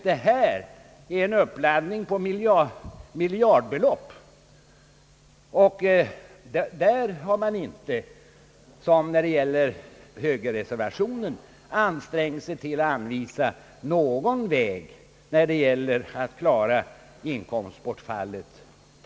Det rör sig om miljardbelopp, men i motsats till högerreservanterna har man inte ansträngt sig för att anvisa någon väg att täcka inkomstbortfallet.